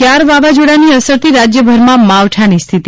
કયાર વાવાઝોડાની અસરથી રાજયભરમાં માવઠાની સ્થિતિ